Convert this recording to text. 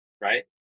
right